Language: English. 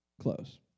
close